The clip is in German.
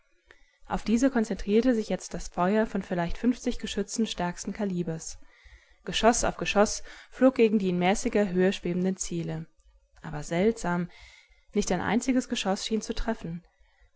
auf diese konzentrierte sich jetzt das feuer von vielleicht fünfzig geschützen stärksten kalibers geschoß auf geschoß flog gegen die in mäßiger höhe schwebenden ziele aber seltsam nicht ein einziges geschoß schien zu treffen